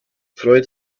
freut